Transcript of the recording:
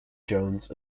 jones